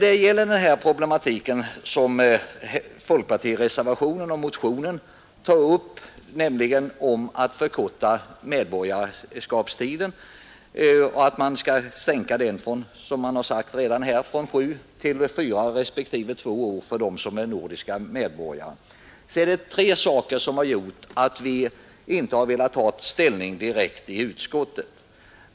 Tre förhållanden har gjort att vi i utskottet inte direkt har velat ta ställning till frågan om att utlänning som vistats i landet sedan fyra år — eller vad gäller nordisk invandrare två år — skall kunna få svenskt medborgarskap.